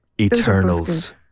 Eternals